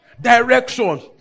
Direction